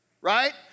right